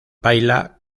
baila